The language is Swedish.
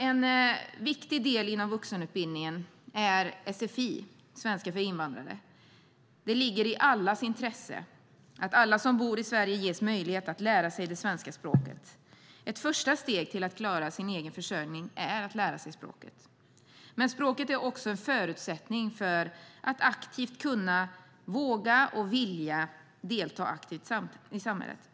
En viktig del inom vuxenutbildningen är sfi, svenska för invandrare. Det ligger i allas intresse att alla som bor i Sverige ges möjlighet att lära sig det svenska språket. Ett första steg till att klara sin egen försörjning är att lära sig språket. Men språket är också en förutsättning för att kunna, våga och vilja delta aktivt i samhället.